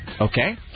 Okay